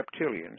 reptilians